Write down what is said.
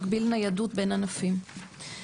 מגביל ניידות בין ענפים.